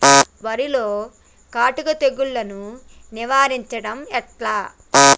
వరిలో కాటుక తెగుళ్లను నివారించడం ఎట్లా?